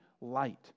light